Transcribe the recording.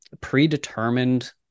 predetermined